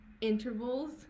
intervals